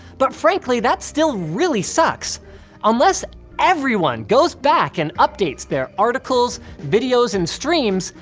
but frankly, that still really sucks unless everyone goes back and updates their articles, videos and streams,